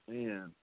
Man